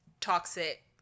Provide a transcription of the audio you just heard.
toxic